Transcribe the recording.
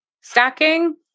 stacking